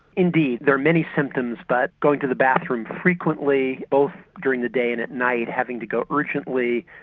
indeed, there are many symptoms but going to the bathroom frequently both during the day and at night having to go urgently,